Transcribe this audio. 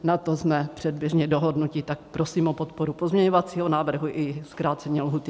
Na tom jsme předběžně dohodnuti, tak prosím o podporu pozměňovacího návrhu i zkrácení lhůty.